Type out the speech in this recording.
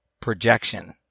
Projection